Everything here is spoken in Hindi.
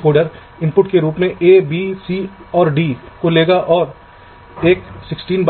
कुछ मार्ग अवरुद्ध हो सकते हैं